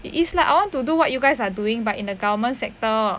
it is lah I want to do what you guys are doing but in a government sector